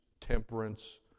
temperance